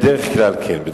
בדרך כלל כן.